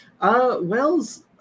Wells